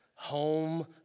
home